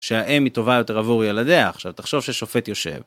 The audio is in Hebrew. שהאם היא טובה יותר עבור ילדיה, עכשיו תחשוב ששופט יושב.